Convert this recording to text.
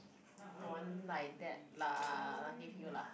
don't like that lah I give you lah